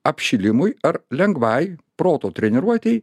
apšilimui ar lengvai proto treniruotei